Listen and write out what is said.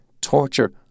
torture